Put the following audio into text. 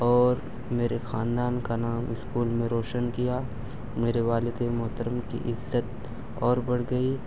اور میرے خاندان کا نام اسکول میں روشن کیا میرے والد محترم کی عزت اور بڑھ گئی